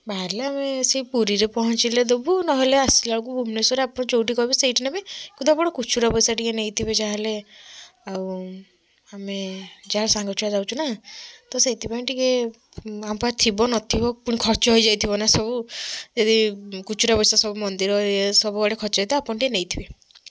ବାହାରିଲେ ଆମେ ସେଇ ପୁରୀରେ ପହଞ୍ଚିଲେ ଦେବୁ ନହେଲେ ଆସିଲା ବେଳକୁ ଭୁବେନେଶ୍ୱରରେ ଆପଣ ଯେଉଁଠି କହିବେ ସେଇଠି ନେବେ କିନ୍ତୁ ଆପଣ ଖୁଚୁରା ପଇସା ଟିକେ ନେଇଥିବେ ଯାହାହେଲେ ଆଉ ଆମେ ଯାହା ସାଙ୍ଗ ଛୁଆ ଯାଉଛୁ ନା ତ ସେଇଥି ପାଇଁ ଟିକେ ଆମ ପାଖରେ ଥିବ ନଥିବ ପୁଣି ଖର୍ଚ୍ଚ ହୋଇଯାଇଥିବ ନା ସବୁ ଯଦି ଖୁଚୁରା ପଇସା ସବୁ ମନ୍ଦିର ଇଏ ସବୁ ଆଡ଼େ ଖର୍ଚ୍ଚ ହୋଇଯାଇଥିବ ଆପଣ ଟିକେ ନେଇଥିବେ